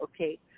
okay